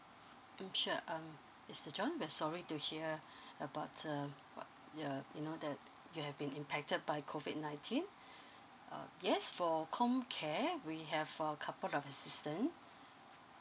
mm sure um mister john we are sorry to hear about uh uh ya you know that you have been impacted by COVID nineteen uh yes for comcare we have a couple of assistance